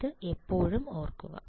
ഇത് എപ്പോഴും ഓർക്കുക